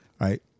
right